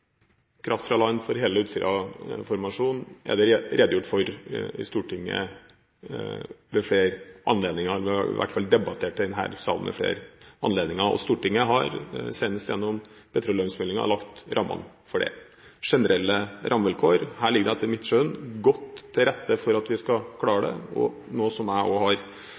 kraft fra land for hele Utsira-formasjonen er det redegjort for i Stortinget ved flere anledninger, i hvert fall har det vært debattert i denne salen ved flere anledninger. Stortinget har senest gjennom petroleumsmeldingen lagt rammene for det, generelle rammevilkår. Her ligger det etter mitt skjønn godt til rette for at vi skal klare det, noe som jeg også har